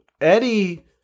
Eddie